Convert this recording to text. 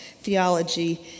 theology